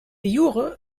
jure